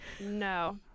No